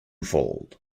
fold